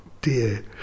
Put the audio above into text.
Dear